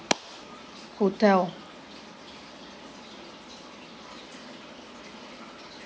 hotel